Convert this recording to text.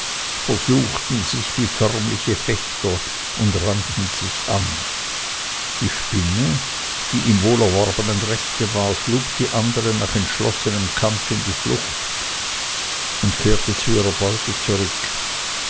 versuchten sich wie förmliche fechter und rannten sich an die spinne die im wohlerworbenen rechte war schlug die andere nach entschlossenem kampfe in die flucht und kehrte zu ihrer beute zurück